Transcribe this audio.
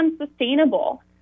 unsustainable